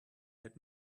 had